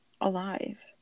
alive